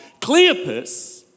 Cleopas